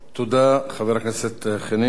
תודה, חבר הכנסת חנין.